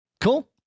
Cool